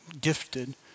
gifted